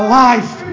life